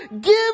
give